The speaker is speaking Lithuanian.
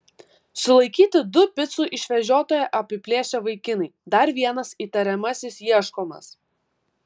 sulaikyti du picų išvežiotoją apiplėšę vaikinai dar vienas įtariamasis ieškomas